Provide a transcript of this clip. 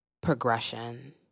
Progression